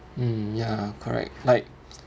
mm ya correct like